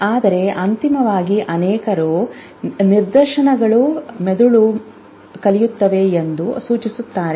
ಆದರೆ ಅಂತಿಮವಾಗಿ ಅನೇಕರು ನಿದರ್ಶನಗಳು ಮೆದುಳು ಕಲಿಯುತ್ತವೆ ಎಂದು ಸೂಚಿಸುತಾರೆ